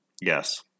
Yes